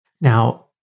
Now